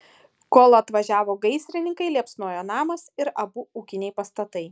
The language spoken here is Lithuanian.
kol atvažiavo gaisrininkai liepsnojo namas ir abu ūkiniai pastatai